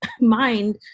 mind